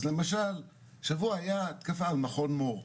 אז למשל, השבוע הייתה התקפה על מכון מור.